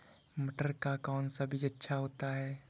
मटर का कौन सा बीज अच्छा होता हैं?